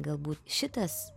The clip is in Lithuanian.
galbūt šitas